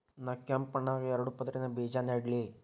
ನಾ ಕೆಂಪ್ ಮಣ್ಣಾಗ ಎರಡು ಪದರಿನ ಬೇಜಾ ನೆಡ್ಲಿ?